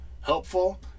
helpful